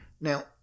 Now